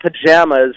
pajamas